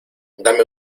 dame